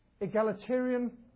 egalitarian